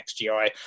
XGI